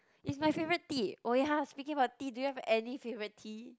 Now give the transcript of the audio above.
is my favourite tea oh ya speaking about tea do you have any favourite tea